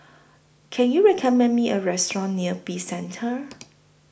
Can YOU recommend Me A Restaurant near Peace Centre